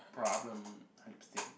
problem hundred percent